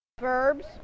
verbs